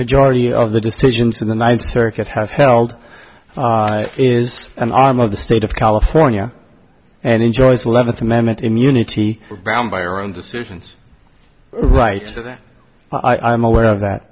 majority of the decisions of the ninth circuit have held is an arm of the state of california and enjoys eleventh amendment immunity brown by your own decisions right i am aware of that